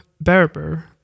Berber